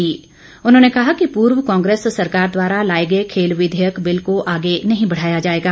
गोबिंद ठाकुर ने कहा कि पूर्व कांग्रेस सरकार द्वारा लाए गए खेल विधेयक बिल को आगे नहीं बढ़ाया जाएगा